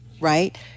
right